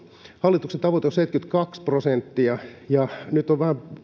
hallituksen tavoite on seitsemänkymmentäkaksi prosenttia ja nyt on